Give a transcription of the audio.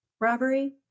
robbery